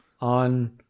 on